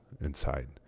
inside